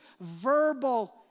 verbal